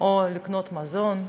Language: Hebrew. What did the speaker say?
או לקנות מזון.